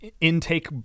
intake